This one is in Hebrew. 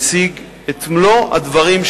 אנחנו נציג את מלוא הדברים,